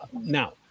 Now